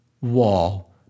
wall